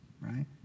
right